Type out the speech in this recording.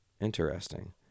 interesting